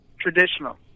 traditional